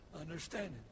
understanding